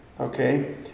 okay